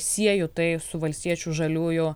sieju tai su valstiečių žaliųjų